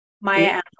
Maya